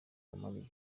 uwamariya